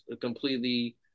completely